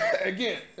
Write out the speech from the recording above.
Again